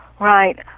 Right